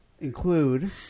include